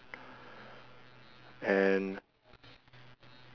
and